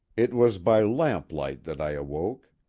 it was by lamplight that i awoke.